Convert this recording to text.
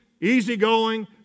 easygoing